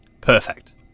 Perfect